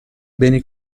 beni